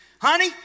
Honey